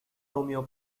romeo